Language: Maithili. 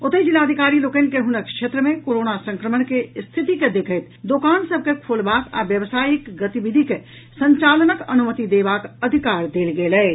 ओतहि जिलाधिकारी लोकनि के हुनक क्षेत्र मे कोरोना संक्रमण के स्थिति के देखैत दोकान सभ के खोलबाक आ व्यावसाय गतिविधि के संचालनक अनुमति देबाक अधिकार देल गेल अछि